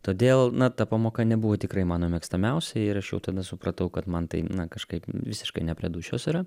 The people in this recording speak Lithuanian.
todėl na ta pamoka nebuvo tikrai mano mėgstamiausia ir aš jau tada supratau kad man tai kažkaip visiškai ne prie dūšios yra